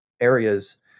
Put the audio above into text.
areas